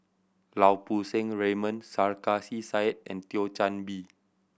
Lau Poo Seng Raymond Sarkasi Said and Thio Chan Bee